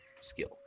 skill